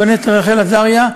חברת הכנסת רחל עזריה,